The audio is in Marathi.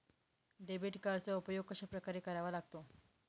डेबिट कार्डचा उपयोग कशाप्रकारे करावा लागतो?